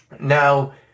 Now